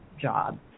job